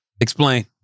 Explain